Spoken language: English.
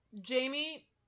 Jamie